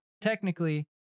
technically